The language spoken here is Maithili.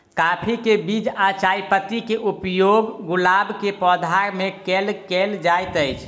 काफी केँ बीज आ चायपत्ती केँ उपयोग गुलाब केँ पौधा मे केल केल जाइत अछि?